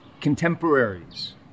Contemporaries